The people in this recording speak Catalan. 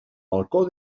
balcó